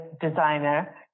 designer